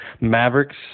Mavericks